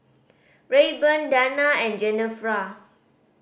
Rayburn Dana and Genevra